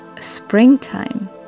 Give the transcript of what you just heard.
springtime